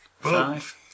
Five